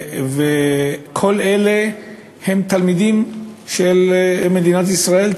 כל אלה הם תלמידים של מדינת ישראל,